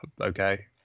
okay